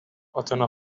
اتنا